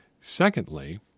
Secondly